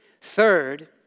Third